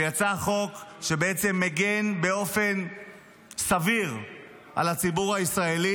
ויצא חוק שבעצם מגן באופן סביר על הציבור הישראלי.